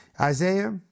Isaiah